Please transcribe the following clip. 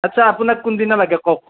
আচ্ছা আপোনাক কোনদিনা লাগে কওক